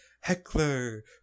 Heckler